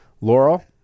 Laurel